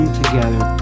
together